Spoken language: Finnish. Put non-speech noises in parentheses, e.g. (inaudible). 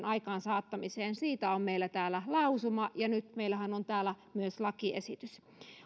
(unintelligible) aikaansaattaminen siitä on meillä täällä lausuma ja nythän meillä on täällä myös lakiesitys